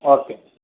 okay